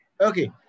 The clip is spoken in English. Okay